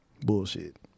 Bullshit